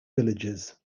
villages